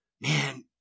man